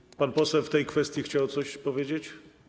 PSL. Pan poseł w tej kwestii chciał coś powiedzieć?